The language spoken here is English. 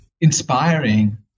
inspiring